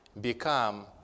become